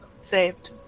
saved